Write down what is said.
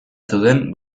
zeuden